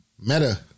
Meta